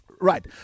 Right